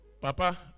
Papa